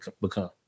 become